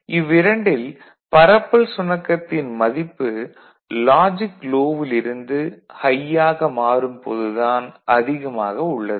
இவ்விரண்டில் பரப்பல் சுணக்கத்தின் மதிப்பு லாஜிக் லோ வில் இருந்து ஹை ஆக மாறும் போது தான் அதிகமாக உள்ளது